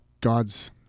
God's